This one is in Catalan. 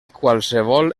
qualsevol